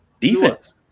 Defense